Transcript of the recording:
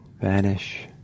vanish